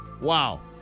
Wow